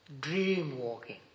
dream-walking